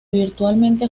virtualmente